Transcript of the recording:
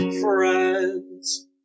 friends